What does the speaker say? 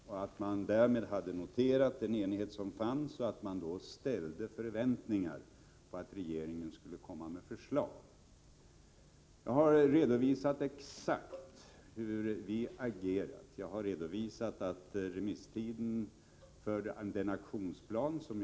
Jag trodde att man hade noterat den enighet som fanns och att man då ställde förväntningar på att regeringen skulle komma med förslag. Jag har redovisat exakt hur vi har agerat. Jag har redovisat att remisstiden för vår aktionsplan utgick i början på november.